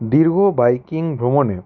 দীর্ঘ বাইকিং ভ্রমণে